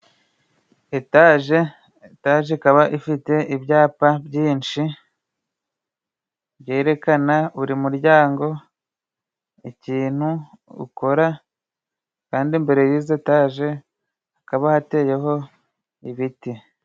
Etaje, etaje ikaba ifite ibyapa byinshi byerekana buri muryango ikintu ukora kandi imbere yizo etaje hakaba hateyeho ibiti.